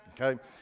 Okay